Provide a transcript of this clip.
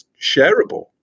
shareable